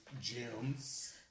gems